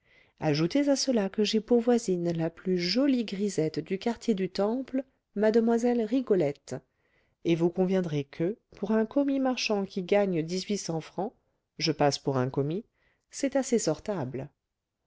ajoutez à cela que j'ai pour voisine la plus jolie grisette du quartier du temple mlle rigolette et vous conviendrez que pour un commis marchand qui gagne dix-huit cents francs je passe pour un commis c'est assez sortable